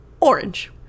Orange